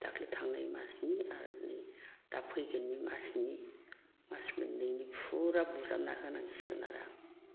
दाखालि थांनाय मासनि आरो दा फैगोननि मासनि मास मोननैनि फुरा बुजाबना होनांसिगोन आरो आं